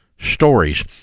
stories